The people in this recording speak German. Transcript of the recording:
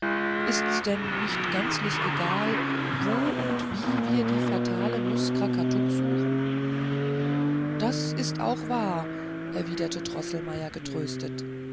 ist's denn nicht gänzlich egal wo und wie wir die fatale nuß krakatuk suchen das ist auch wahr erwiderte droßelmeier getröstet